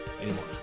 anymore